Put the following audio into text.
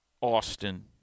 Austin